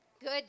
good